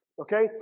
Okay